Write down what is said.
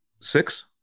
six